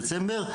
דצמבר".